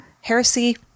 heresy